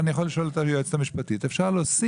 אני יכול לשאול את היועצת המשפטית אם אפשר להוסיף